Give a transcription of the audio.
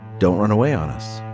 don't run away on us